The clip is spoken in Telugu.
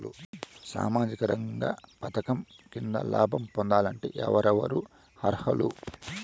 సామాజిక రంగ పథకం కింద లాభం పొందాలంటే ఎవరెవరు అర్హులు?